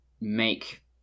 make